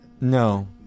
No